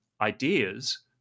ideas